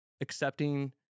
accepting